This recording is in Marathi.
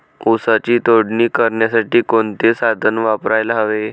ऊसाची तोडणी करण्यासाठी कोणते साधन वापरायला हवे?